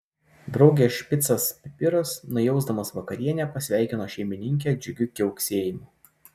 draugės špicas pipiras nujausdamas vakarienę pasveikino šeimininkę džiugiu kiauksėjimu